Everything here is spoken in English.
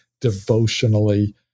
devotionally